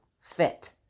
Fit